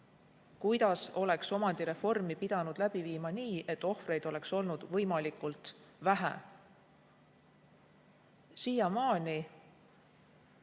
kuidas oleks omandireformi pidanud läbi viima nii, et ohvreid oleks olnud võimalikult vähe. Siiamaani